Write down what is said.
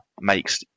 makes